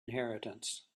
inheritance